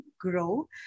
grow